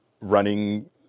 running